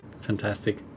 Fantastic